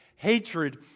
Hatred